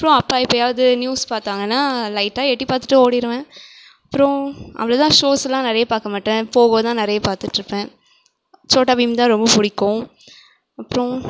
அப்றம் அப்பா எப்பயாவது நியூஸ் பார்த்தாங்கனா லைட்டாக எட்டி பார்த்துட்டு ஓடிடுவேன் அப்றம் அவ்வளோதான் ஷோஸ்லாம் நிறையா பார்க்க மாட்டேன் போகோதான் நிறையா பார்த்துட்டு இருப்பேன் சோட்டா பீம்தான் ரொம்ப புடிக்கும் அப்றம்